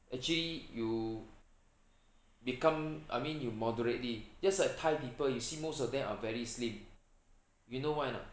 actually you become I mean you moderately just like thai people you see most of them are very slim you know why or not